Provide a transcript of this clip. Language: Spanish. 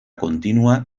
continua